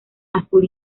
azul